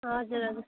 हजुर हजुर